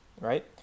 right